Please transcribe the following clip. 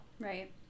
Right